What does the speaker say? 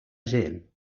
gent